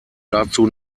dazu